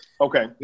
Okay